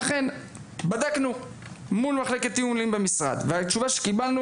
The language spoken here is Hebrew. לכן אנחנו בדקנו מול עורכי התיאומים במשרד והתשובה שקיבלנו